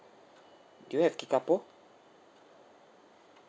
do you have kickapoo